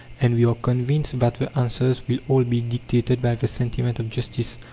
and we are convinced that the answers will all be dictated by the sentiment of justice.